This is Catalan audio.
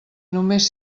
només